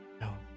No